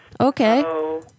Okay